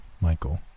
Michael